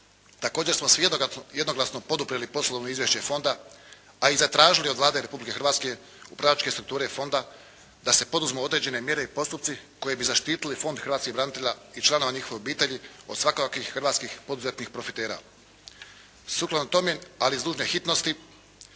kad smo jednoglasno poduprli poslovno Izvješće fonda, a i zatražili od Vlade Republike Hrvatske upravljačke strukture fonda da se poduzmu određene mjere i postupci koji bi zaštiti Fond hrvatskih branitelja i članova njihovih obitelji od svakojakih hrvatskih poduzetnih profitera. Sukladno tome, ali iz dužne hitnosti